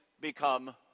become